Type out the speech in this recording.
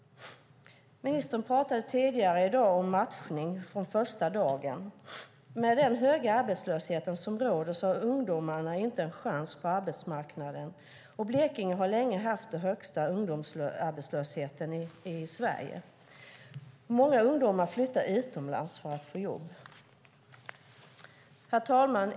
Ministern pratade tidigare i dag om matchning från första dagen. Med den höga arbetslöshet som råder har ungdomarna inte en chans på arbetsmarknaden, och Blekinge har länge haft den högsta ungdomsarbetslösheten i Sverige. Många ungdomar flyttar utomlands för att få jobb. Herr talman!